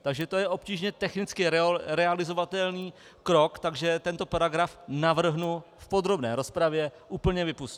Takže to je obtížně technicky realizovatelný krok, takže tento paragraf navrhnu v podrobné rozpravě úplně vypustit.